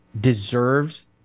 deserves